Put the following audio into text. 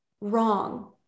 wrong